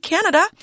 Canada